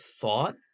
thought